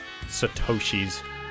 Satoshis